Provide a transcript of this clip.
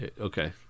Okay